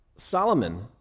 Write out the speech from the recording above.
Solomon